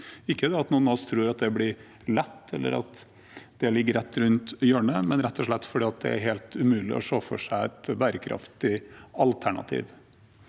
det at noen av oss tror det blir lett, eller at det ligger rett rundt hjørnet, men det er rett og slett fordi det er helt umulig å se for seg et bærekraftig alternativ.